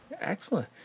excellent